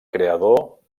creador